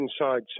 Inside